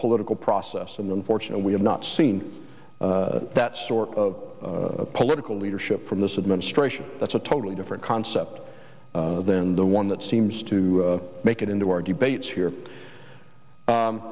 political process and unfortunately we have not seen that sort of political leadership from this administration that's a totally different concept than the one that seems to make it in to argue bates here